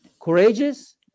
courageous